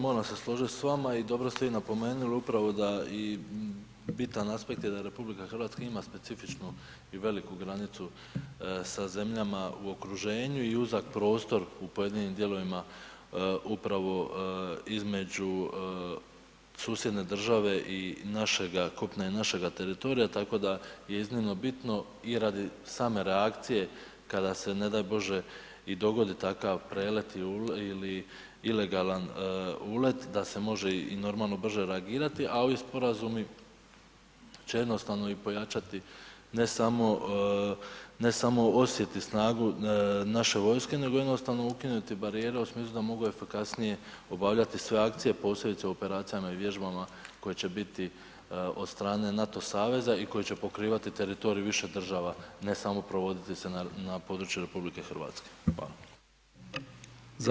Moram se složit s vama i dobro ste vi napomenuli, upravo da i bitan aspekt je da RH ima specifičnu i veliku granicu sa zemljama u okruženju i uzak prostor u pojedinim dijelovima upravo između susjedne države i našega kopna i našega teritorija, tako da je iznimno bitno i radi same reakcije kada se ne daj bože i dogodit takav prelet ili ilegalan ulet da se može i normalno brže reagirati ovi sporazumi će jednostavno i pojačati ne samo osjet i snagu naše vojske nego jednostavno ukinuti barijere u smislu da mogu efikasnije obavljati sve akcije posebice u operacijama i vježbama koje će biti od strane NATO saveza i koje će pokrivati teritorij više država, ne samo provoditi se na području RH, hvala.